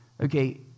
Okay